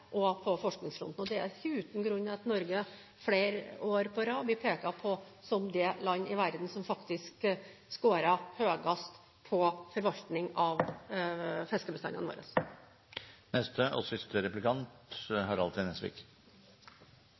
på forskningsfronten. Det er ikke uten grunn at Norge flere år på rad har blitt pekt på som det land i verden som faktisk skårer høyest på forvaltning av fiskebestandene våre.